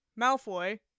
Malfoy